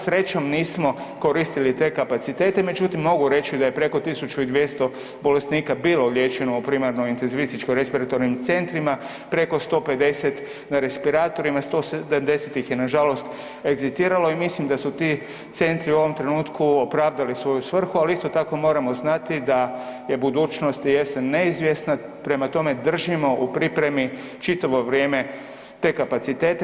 Srećom nismo koristili te kapacitete, međutim mogu reći da je preko 1200 bolesnika bilo liječeno u primarno intenzivističko respiratornim centrima, preko 150 na respiratorima i 170 ih je nažalost egzitiralo i mislim da su ti centri u ovom trenutku opravdali svoju svrhu, ali isto tako moramo znati da je budućnost i jesen neizvjesna, prema tome držimo u pripremi čitavo vrijeme te kapacitete.